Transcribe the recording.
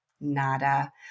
Nada